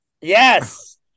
Yes